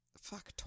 fuck